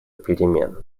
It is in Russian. перемен